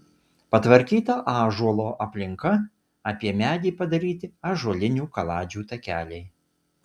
patvarkyta ąžuolo aplinka apie medį padaryti ąžuolinių kaladžių takeliai